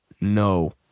no